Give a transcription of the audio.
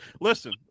Listen